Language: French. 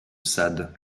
sade